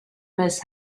miss